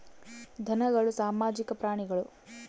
ಧನಗಳು ಸಾಮಾಜಿಕ ಪ್ರಾಣಿಗಳು